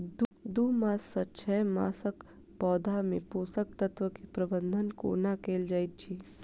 दू मास सँ छै मासक पौधा मे पोसक तत्त्व केँ प्रबंधन कोना कएल जाइत अछि?